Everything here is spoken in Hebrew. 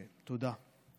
תודה.